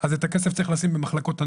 אז את הכסף צריך לשים במחלקות הנוער,